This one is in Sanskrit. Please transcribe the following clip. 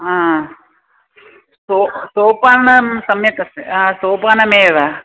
ह सो सोपानं सम्यक् अस्ति सोपानमेव